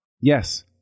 yes